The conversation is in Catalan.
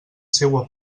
seua